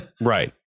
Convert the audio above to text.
right